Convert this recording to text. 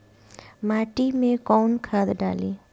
माटी में कोउन खाद डाली?